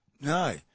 No